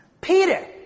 Peter